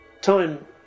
Time